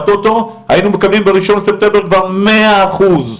בטוטו היינו מקבלים בראשון בספטמבר מאה אחוז.